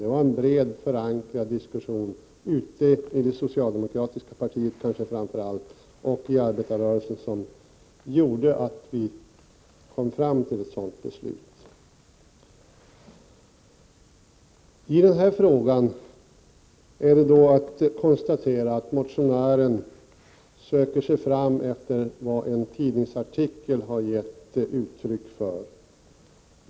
Det var en brett förankrad diskussion, kanske framför allt i det socialdemokratiska partiet och i arbetarrörelsen, som gjorde att vi kom fram till ett sådant beslut. I den här frågan kan man konstatera att motionären söker sig fram med ledning av vad en tidningsartikel har gett uttryck för.